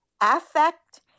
affect